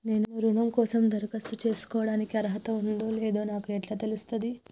నేను రుణం కోసం దరఖాస్తు చేసుకోవడానికి అర్హత ఉందో లేదో నాకు ఎట్లా తెలుస్తది?